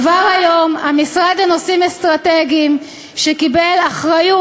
כבר היום המשרד לנושאים אסטרטגיים קיבל אחריות,